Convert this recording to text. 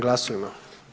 Glasujmo.